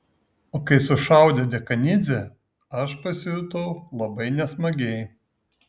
o kai sušaudė dekanidzę aš pasijutau labai nesmagiai